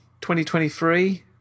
2023